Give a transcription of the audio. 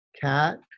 cat